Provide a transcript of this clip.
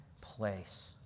place